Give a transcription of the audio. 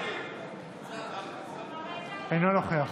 אינו נוכח